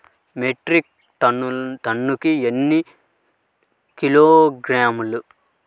Metric టన్నుకు ఎన్ని కిలోగ్రాములు?